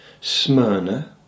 Smyrna